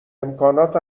امکانات